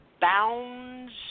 bounds